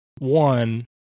one